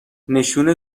نشون